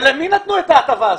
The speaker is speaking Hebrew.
למי נתנו את ההטבה הזאת?